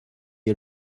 est